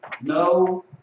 no